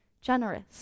generous